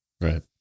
Right